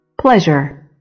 Pleasure